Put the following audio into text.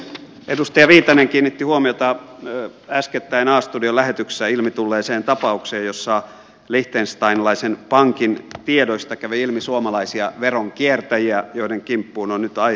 edustaja viitanen kiinnitti huomiota äskettäin a studion lähetyksessä ilmi tulleeseen tapaukseen jossa liechtensteinilaisen pankin tiedoista kävi ilmi suomalaisia veronkiertäjiä joiden kimppuun on nyt aiheellisesti käyty